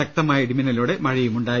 ശക്തമായ ഇടിമിന്നലോടെ മഴയുമുണ്ടായി